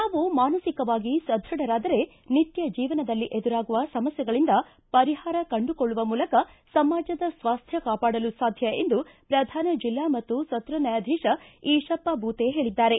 ನಾವು ಮಾನಸಿಕವಾಗಿ ಸಧ್ಯಡರಾದರೆ ನಿತ್ಯ ಜೀವನದಲ್ಲಿ ಎದುರಾಗುವ ಸಮಸ್ಯೆಗಳಿಂದ ಪರಿಹಾರ ಕಂಡುಕೊಳ್ಳುವ ಮೂಲಕ ಸಮಾಜದ ಸ್ವಾಸ್ಟ್ಯ ಕಾಪಾಡಲು ಸಾಧ್ಯ ಎಂದು ಪ್ರಧಾನ ಜಿಲ್ಲಾ ಮತ್ತು ಸತ್ರ ನ್ಯಾಯಾಧೀಶ ಈಶಪ್ಪ ಭೂತೆ ಹೇಳಿದ್ದಾರೆ